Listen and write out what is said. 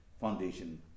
Foundation